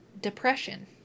depression